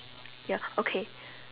ya okay